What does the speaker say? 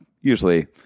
usually